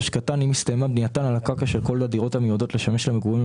אם הסתיימה בנייתן על הקרקע של כל הדירות המיועדות לשמש למגורים,